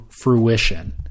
fruition